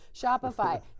Shopify